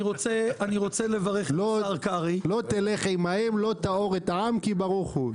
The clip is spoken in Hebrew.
"לא תלך עמהם לא תאר את העם כי ברוך הוא".